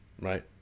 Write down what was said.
right